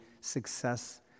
success